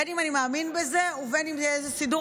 בין שאני מאמין בזה ובין שזה איזה סידור